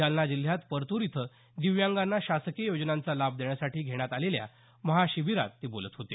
जालना जिल्ह्यात परतूर इथं दिव्यांगांना शासकीय योजनांचा लाभ देण्यासाठी घेण्यात आलेल्या महाशिबिरात ते बोलत होते